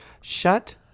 Shut